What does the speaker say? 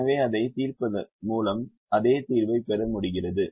எனவே அதைத் தீர்ப்பதன் மூலம் அதே தீர்வைப் பெற முடிகிறது